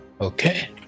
Okay